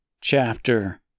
Chapter